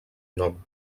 nom